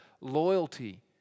loyalty